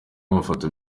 amafoto